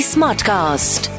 Smartcast